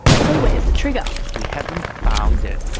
so where is the trigger? we haven't found it.